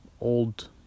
old